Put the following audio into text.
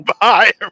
bye